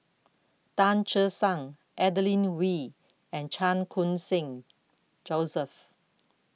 Tan Che Sang Adeline Ooi and Chan Khun Sing Joseph